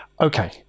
Okay